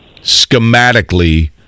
schematically